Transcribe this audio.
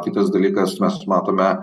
kitas dalykas mes matome